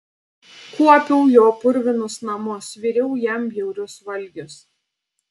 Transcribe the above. kuopiau jo purvinus namus viriau jam bjaurius valgius